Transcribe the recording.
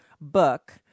book